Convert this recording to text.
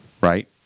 Right